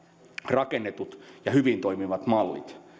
rakennetut ja hyvin toimivat mallit